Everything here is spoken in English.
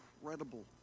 incredible